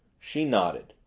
she nodded.